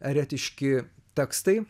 eretiški tekstai